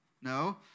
no